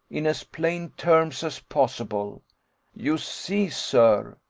in as plain terms as possible you see, sir,